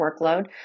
workload